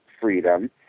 freedom